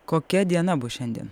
kokia diena bus šiandien